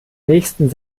nächsten